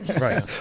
right